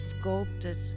sculpted